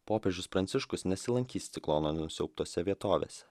popiežius pranciškus nesilankys ciklono nusiaubtose vietovėse